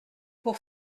pour